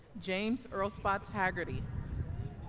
james earl spotts haggerty